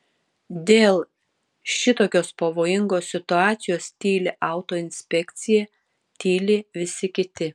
dėl šitokios pavojingos situacijos tyli autoinspekcija tyli visi kiti